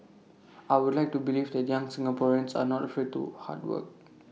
I would like to believe that young Singaporeans are not afraid to hard work